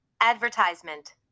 Advertisement